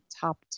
top